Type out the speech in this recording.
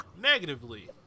negatively